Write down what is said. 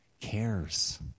cares